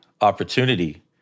opportunity